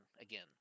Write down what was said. again